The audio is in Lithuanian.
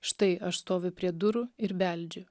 štai aš stoviu prie durų ir beldžiu